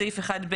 למחוק את סעיף 1(ב),